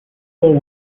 bowen